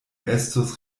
estus